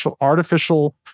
artificial